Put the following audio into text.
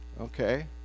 okay